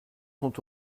sont